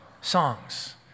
Songs